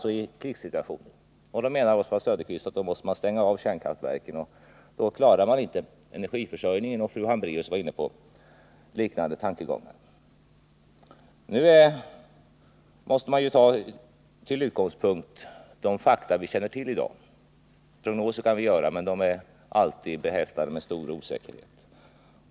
Oswald Söderqvist menar att man i en krigssituation måste stänga av kärnkraftverken. Fru Hambraeus var inne på liknande tankegångar. De menar att vi då inte klarar energiförsörjningen. Nu måste vi till utgångspunkt ta de fakta vi känner till i dag. Prognoser kan man visserligen göra, men de är alltid behäftade med stor osäkerhet.